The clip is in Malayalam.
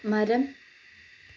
മരം